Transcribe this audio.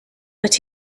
but